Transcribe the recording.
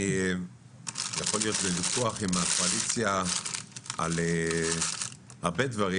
אני יכול להיות בוויכוח עם הקואליציה על הרבה דברים.